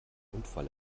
unfall